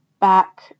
back